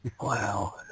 Wow